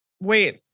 wait